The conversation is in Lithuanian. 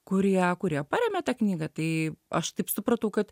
kurie kurie paremia tą knygą tai aš taip supratau kad